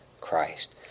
Christ